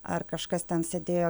ar kažkas ten sėdėjo